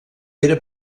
pere